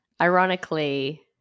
Ironically